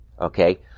okay